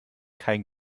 kein